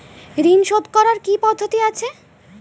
ঋন শোধ করার কি কি পদ্ধতি আছে?